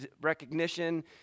recognition